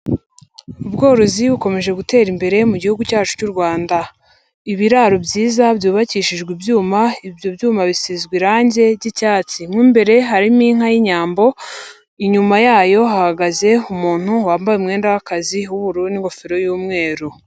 Ubworozi bukomeje gutera imbere mu gihugu cyacu cy'u Rwanda. Ibiraro byiza byubakishijwe ibyuma, ibyo byuma bisizwe irangi ry'icyatsi. Mo mbere harimo inka y'inyambo, inyuma yayo hahagaze umuntu wambaye umwenda w'akazi w'ubururu n'ingofero y'umweru.